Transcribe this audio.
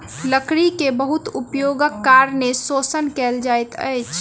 लकड़ी के बहुत उपयोगक कारणें शोषण कयल जाइत अछि